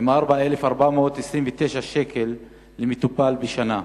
עם 4,429 ש"ח למטופל בשנה.